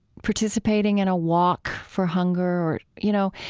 participating in a walk for hunger, you know?